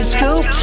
Scoop